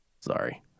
Sorry